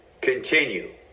Continue